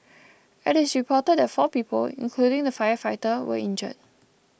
it is reported that four people including the firefighter were injured